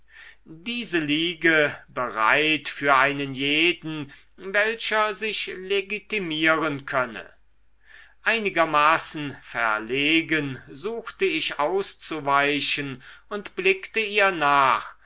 diese liege bereit für einen jeden welcher sich legitimieren könne einigermaßen verlegen suchte ich auszuweichen und blickte ihr nach